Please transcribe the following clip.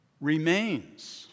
remains